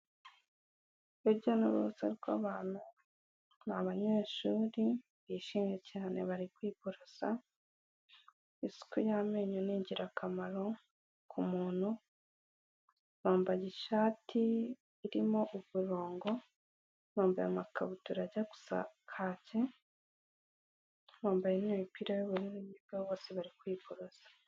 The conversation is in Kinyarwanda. Urujya n'uruza rw'abantu, ni abanyeshuri bishimye cyane bari kwiborosa, isuku y'amenyo ni ingirakamaro ku muntu, bambaye ishati irimo umurongo, bambaye amakabutura ajya gusa kaki, bambayemo imipira y'ubururu kandi bose bari kwiborosa.